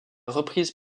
reprise